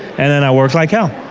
and then i work like hell.